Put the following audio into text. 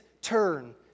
turn